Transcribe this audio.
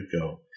go